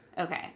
Okay